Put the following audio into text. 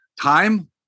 time